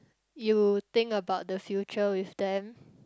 you think about the future with them